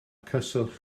cyswllt